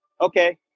Okay